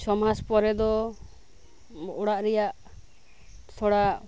ᱪᱷᱚᱢᱟᱥ ᱯᱚᱨᱮ ᱫᱚ ᱚᱲᱟᱜ ᱨᱮᱭᱟᱜ ᱛᱷᱚᱲᱟ